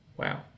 Wow